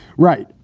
right.